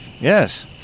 Yes